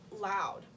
loud